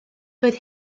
doedd